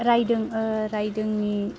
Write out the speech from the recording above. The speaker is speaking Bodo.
राइदों राइदोंनि